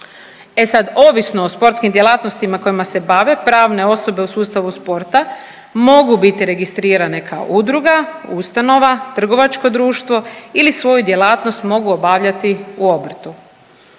E sad ovisno o sportskim djelatnostima kojima se bave pravne osobe u sustavu sporta mogu biti registrirane kao udruga, ustanova, trgovačko društvo ili svoju djelatnost mogu obavljati u obrtu.